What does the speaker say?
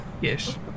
Yes